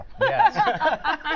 Yes